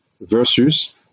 versus